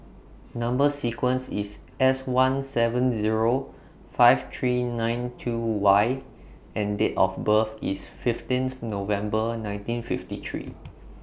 Number sequence IS S one seven Zero five three nine two Y and Date of birth IS fifteenth November nineteen fifty three